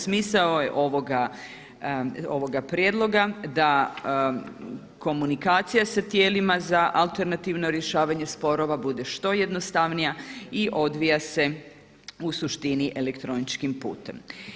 Smisao je ovoga prijedloga da komunikacija se tijelima za alternativno rješavanje sporova bude što jednostavnija i odvija se u suštini elektroničkim putem.